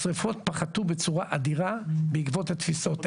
השריפות פחתו בצורה אדירה בעקבות התפיסות האלה.